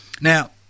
Now